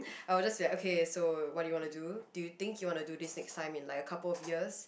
I will just be like okay so what do you wanna do do you think you wanna do this next time in like a couple of years